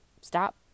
stop